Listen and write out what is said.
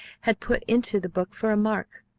had put into the book for a mark.